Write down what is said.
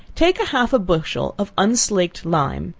take half a bushel of unslaked lime,